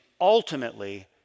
ultimately